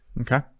Okay